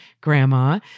grandma